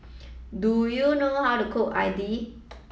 do you know how to cook idly